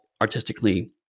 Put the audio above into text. artistically